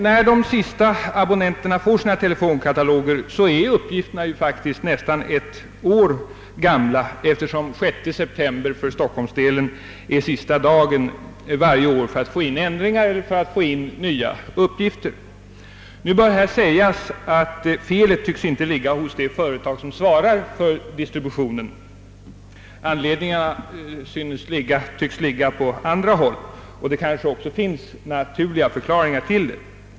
När de sista abonnenterna får sina telefonkataloger är uppgifterna faktiskt nästan ett år gamla, eftersom den 6 september varje år är sista dagen för att få in ändringar och nya uppgifter i Stockholmsdelen. Felet tycks emellertid inte ligga hos det företag som svarar för distributionen utan på andra håll, och därtill kanske också finns naturliga förklaringar.